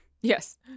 Yes